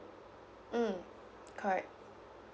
mm correct